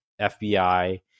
FBI